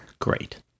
Great